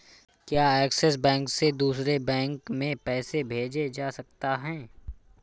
क्या Axis Bank से दूसरे बैंक में पैसे भेजे जा सकता हैं?